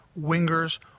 wingers